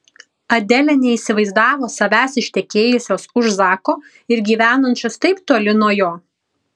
adelė neįsivaizdavo savęs ištekėjusios už zako ir gyvenančios taip toli nuo jo